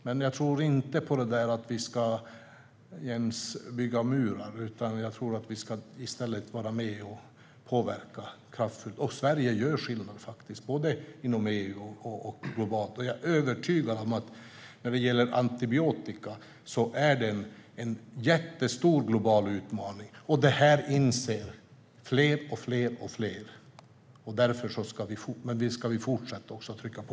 Men jag tror inte på det där att vi ska bygga murar, utan jag tror i stället att vi ska vara med och påverka på ett kraftfullt sätt. Sverige gör skillnad både inom EU och globalt. Jag är övertygad om att antibiotikan är en jättestor global utmaning. Det inser fler och fler, men visst ska vi också fortsätta trycka på.